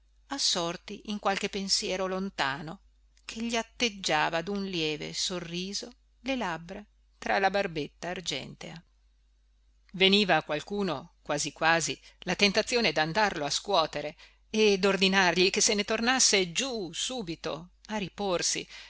assorti in qualche pensiero lontano che gli atteggiava dun lieve sorriso le labbra tra la barbetta argentea veniva a qualcuno quasi quasi la tentazione dandarlo a scuotere e dordinargli che se ne tornasse giù subito a riporsi